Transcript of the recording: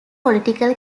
political